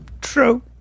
True